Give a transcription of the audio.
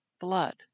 blood